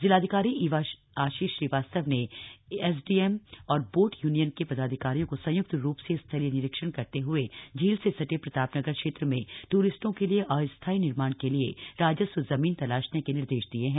जिलाधिकारी इवा आशीष श्रीवास्तव ने एसडीएम और बोट यूनियन के पदाधिकारियों को संयुक्त रूप से स्थलीय निरीक्षण करते हए झील से सटे प्रतापनगर क्षेत्र में टूरिस्टों के लिए अस्थायी निर्माण के लिए राजस्व जमीन तलाशने के निर्देश दिये हैं